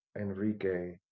Enrique